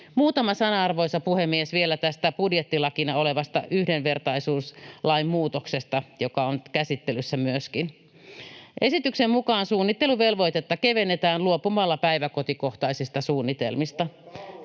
Muutama sana, arvoisa puhemies, vielä tästä budjettilakina olevasta yhdenvertaisuuslain muutoksesta, joka on nyt käsittelyssä myöskin. Esityksen mukaan suunnitteluvelvoitetta kevennetään luopumalla päiväkotikohtaisista suunnitelmista.